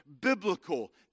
biblical